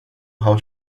how